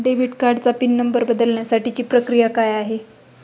Debit कार्डचा pin number बदलण्यासाठीची प्रक्रिया काय आहे?